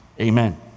amen